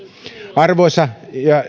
arvoisa